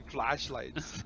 flashlights